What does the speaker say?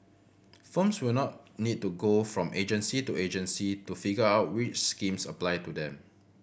firms will not need to go from agency to agency to figure out which schemes apply to them